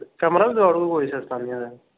कमरा बी दुआई ओड़गा कोई सस्ता नेहा